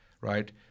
right